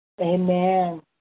Amen